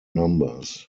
numbers